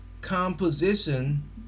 composition